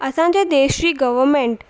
असांजे देश जी गवरमेंट